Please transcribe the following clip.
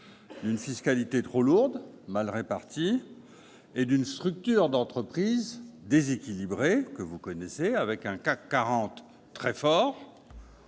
d'une fiscalité trop lourde et mal répartie, et d'une structure d'entreprises déséquilibrée, que vous connaissez. La France dispose